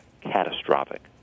catastrophic